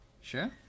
Sure